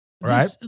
right